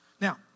Now